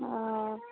ᱚ